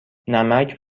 نمک